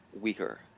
weaker